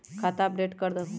खाता अपडेट करदहु?